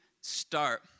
start